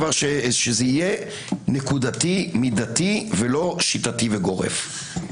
שזה יהיה נקודתי, מידתי ולא שיטתי וגורף.